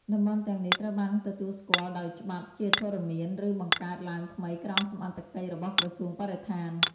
តំបន់ទាំងនេះត្រូវបានទទួលស្គាល់ដោយច្បាប់ជាធរមាន ឬបង្កើតឡើងថ្មីក្រោមសមត្ថកិច្ចរបស់ក្រសួងបរិស្ថាន។